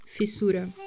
fissura